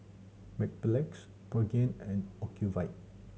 Mepilex Pregain and Ocuvite